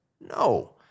No